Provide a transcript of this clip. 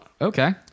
Okay